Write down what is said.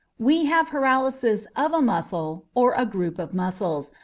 we have paralysis of a muscle or a group of muscles,